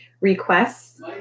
requests